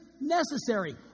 necessary